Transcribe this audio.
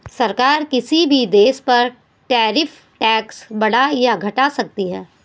सरकार किसी भी देश पर टैरिफ टैक्स बढ़ा या घटा सकती है